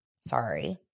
Sorry